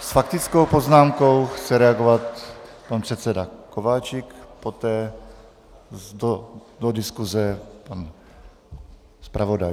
S faktickou poznámkou chce reagovat pan předseda Kováčik, poté do diskuze pan zpravodaj.